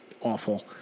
awful